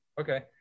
okay